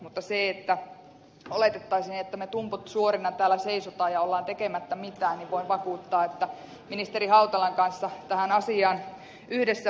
mutta että oletettaisiin että me tumput suorina täällä seisomme ja olemme tekemättä mitään niin voin vakuuttaa että ministeri hautalan kanssa tähän asiaan yhdessä pureudumme